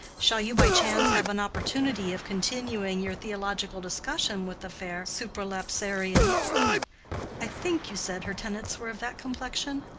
shall you by chance have an opportunity of continuing your theological discussion with the fair supralapsarian i think you said her tenets were of that complexion?